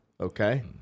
Okay